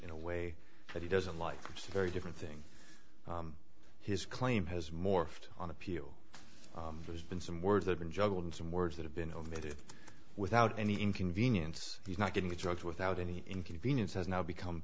in a way that he doesn't like it's very different thing his claim has morphed on appeal there's been some words have been juggled in some words that have been of it without any inconvenience he's not getting the drugs without any inconvenience has now become